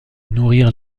nourrir